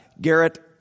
Garrett